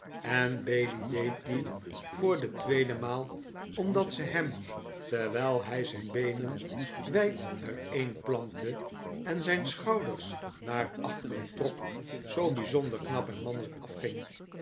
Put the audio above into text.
en bailey deed die voor de tweede maal omdat ze hem terwijl hij zijn beenen wijd uiteen plantte en zijn schouders naar achteren trok zoo bijzonder knap en mannelijk afging